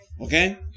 Okay